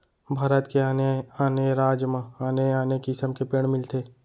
भारत के आने आने राज म आने आने किसम के पेड़ मिलथे